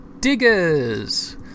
DIGGERS